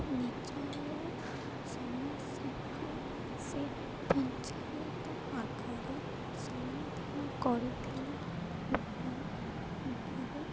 ନିଜର ସମସ୍ୟାକୁ ସେ ପଞ୍ଚାୟତ ଆଗରେ ସମାଧାନ କରୁଥିଲେ ଏବଂ ବହୁ